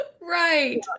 Right